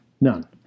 None